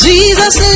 Jesus